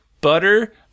butter